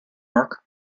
york